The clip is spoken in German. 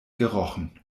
gerochen